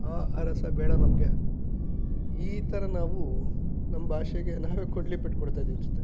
ಅ ಅರಸ ಬೇಡ ನಮಗೆ ಈ ಥರ ನಾವು ನಮ್ಮ ಭಾಷೆಗೆ ನಾವೇ ಕೊಡಲಿ ಪೆಟ್ಟು ಕೊಡ್ತಾಯಿದ್ದೀವಿ ಅನ್ನಿಸುತ್ತೆ